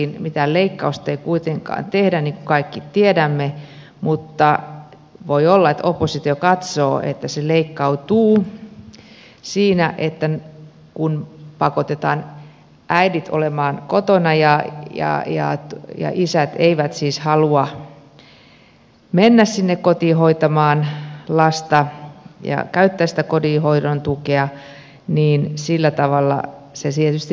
mitään leikkausta ei kuitenkaan tehdä niin kuin kaikki tiedämme mutta voi olla että oppositio katsoo että se leikkautuu siinä kun pakotetaan äidit olemaan kotona ja isät eivät siis halua mennä sinne kotiin hoitamaan lasta ja käyttää sitä kotihoidon tukea niin sillä tavalla se tietysti leikkautuukin